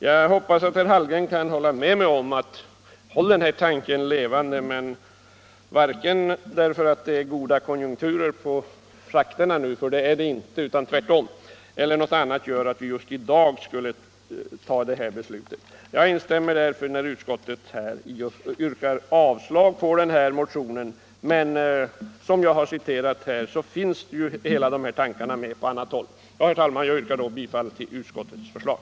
Jag hoppas herr Hallgren kan hålla med mig om att hålla denna tanke levande, men att vi inte just i dag bör fatta något beslut. Jag instämmer därför med utskottet och yrkar avslag på motionen. Men som jag angett finns dessa tankar med på annat håll. Herr talman! Jag yrkar bifall till utskottets förslag.